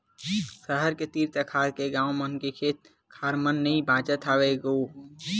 सहर के तीर तखार के गाँव मन के खेत खार मन नइ बाचत हवय गोय